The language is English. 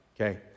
Okay